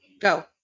Go